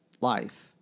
life